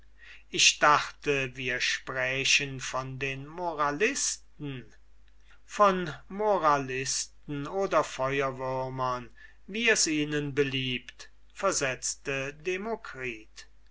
ich dachte wir sprächen von den moralisten von moralisten oder feuerwürmern wie es ihnen beliebt versetzte demokritus